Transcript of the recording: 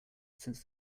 since